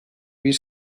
bir